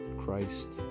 Christ